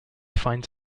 finds